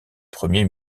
premiers